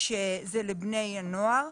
כשזה לבני נוער,